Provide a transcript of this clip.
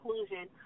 inclusion